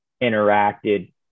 interacted